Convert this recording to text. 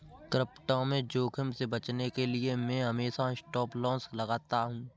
crypto में जोखिम से बचने के लिए मैं हमेशा स्टॉपलॉस लगाता हूं